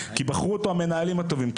כי בחרו אותו המנהלים הטובים,